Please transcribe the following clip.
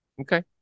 Okay